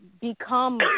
become